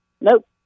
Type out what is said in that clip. Nope